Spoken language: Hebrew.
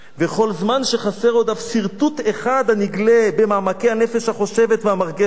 וכל זמן שחסר עוד אף שרטוט אחד הנגלה במעמקי הנפש החושבת והמרגשת,